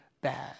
bad